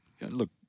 look